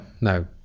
no